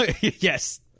Yes